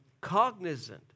cognizant